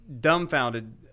dumbfounded